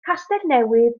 castellnewydd